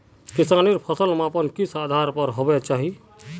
किसानेर फसल मापन किस आधार पर होबे चही?